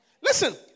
Listen